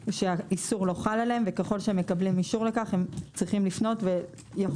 שהאיסור לא חל עליהם וככל שהם מקבלים אישור לכך הם צריכים לפנות ויחולו